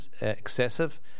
excessive